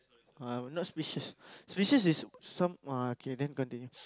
I'm not speechless speechless is some uh K then continue